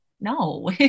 no